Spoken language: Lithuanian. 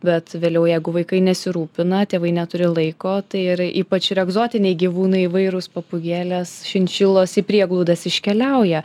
bet vėliau jeigu vaikai nesirūpina tėvai neturi laiko tai ir ypač ir egzotiniai gyvūnai įvairūs papūgėlės šinšilos į prieglaudas iškeliauja